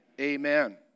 amen